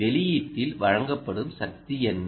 வெளியீட்டில் வழங்கப்படும் சக்தி என்ன